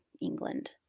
England